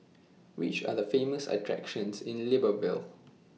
Which Are The Famous attractions in Libreville